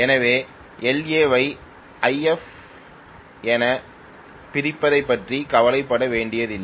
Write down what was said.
எனவே Ia I If என பிரிப்பதைப் பற்றி கவலைப்பட வேண்டியதில்லை